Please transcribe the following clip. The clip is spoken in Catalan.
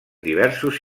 diversos